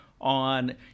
on